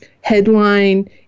headline